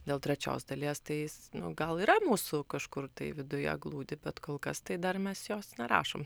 dėl trečios dalies tai jis nu gal yra mūsų kažkur viduje glūdi bet kol kas tai dar mes jos nerašom